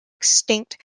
extinct